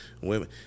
Women